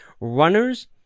runners